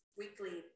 weekly